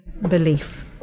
belief